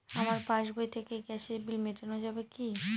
আমার পাসবই থেকে গ্যাসের বিল মেটানো যাবে কি?